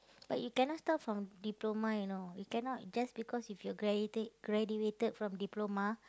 but you cannot start from diploma you know you cannot just because if you graduated graduated from diploma